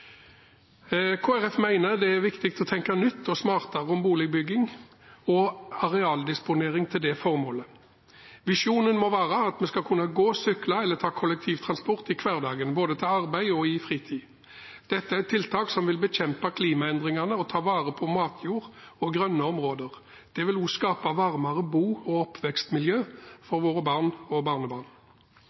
det er viktig å tenke nytt og smartere om boligbygging og arealdisponering til det formålet. Visjonen må være at vi skal kunne gå, sykle eller ta kollektivtransport i hverdagen, både til arbeid og i fritiden. Dette er tiltak som vil bekjempe klimaendringene og ta vare på matjord og grønne områder. Det vil også skape varmere bo- og oppvekstmiljø for våre barn og barnebarn.